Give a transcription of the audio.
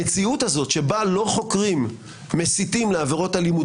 המציאות הזאת שבה לא חוקרים מסיתים לעבירות אלימות,